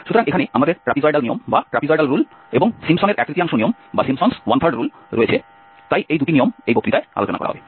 সুতরাং এখানে আমাদের ট্র্যাপিজয়েডাল নিয়ম এবং সিম্পসনের এক তৃতীয়াংশ নিয়ম রয়েছে তাই এই দুটি নিয়ম এই বক্তৃতায় আলোচনা করা হবে